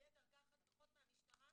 שיהיה בדרגה אחת פחות מהמשטרה,